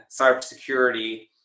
cybersecurity